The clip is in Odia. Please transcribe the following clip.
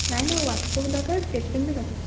ନାହିଁ ନାଇଁ ୱାଟର୍ପ୍ରୁଫ୍ ଦରକାର ସ୍କେଚ୍ପେନ୍ ବି ଦରକାର